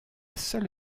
seule